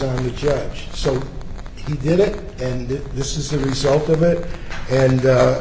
on the judge so he did it and this is the result of it and